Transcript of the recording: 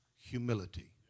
humility